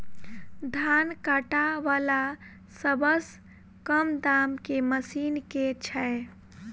धान काटा वला सबसँ कम दाम केँ मशीन केँ छैय?